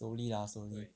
slowly lah slowly